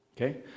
Okay